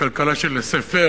הכלכלה של laissez faire,